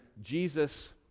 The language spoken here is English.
Jesus